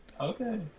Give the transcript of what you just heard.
Okay